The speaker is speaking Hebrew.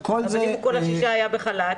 אבל אם כל השישה היו בחל"ת?